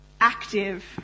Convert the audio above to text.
active